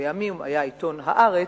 שלימים היה עיתון "הארץ",